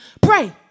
pray